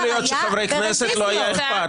יכול להיות שלחברי הכנסת לא היה אכפת.